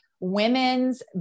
women's